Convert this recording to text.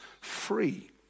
free